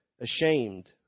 ashamed